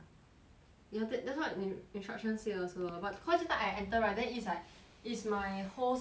ya th~ that's what instruction say also but cause just now I enter right then is like is my whole server list